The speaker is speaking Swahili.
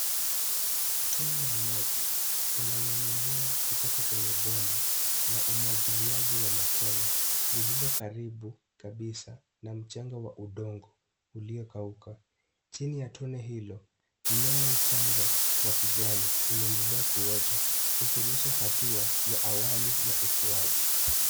Tone ya maji inaning'inia kutoka kwenye bomba la umwagiliaji wa matone lililo karibu kabisa na mchanga wa udongo uliokauka. Chini ya tone hilo mmea mchanga wa kijani umeendelea kuota ukionyesha hatua ya awali ya ukuaji.